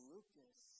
Lucas